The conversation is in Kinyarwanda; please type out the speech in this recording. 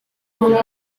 umwe